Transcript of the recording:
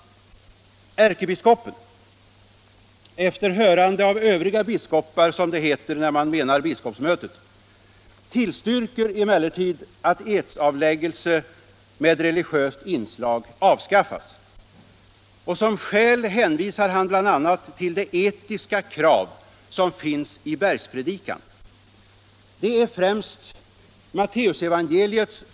Ärkebiskopen tillstyrker emellertid — efter hörande av övriga biskopar som det heter när man menar biskopsmötet — att eds avläggelse med religiöst inslag avskaffas. Som skäl hänvisar han bl.a. till det etiska krav som finns i Bergspredikan. Det är främst Matt.